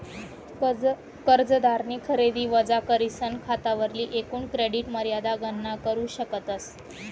कर्जदारनी खरेदी वजा करीसन खातावरली एकूण क्रेडिट मर्यादा गणना करू शकतस